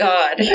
God